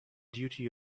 duty